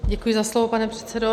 Děkuji za slovo, pane předsedo.